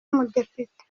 umudepite